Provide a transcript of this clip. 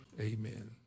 Amen